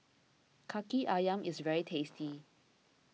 Kaki Ayam is very tasty